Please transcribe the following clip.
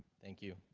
thank you